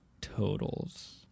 totals